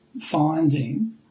finding